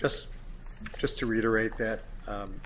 just just to reiterate that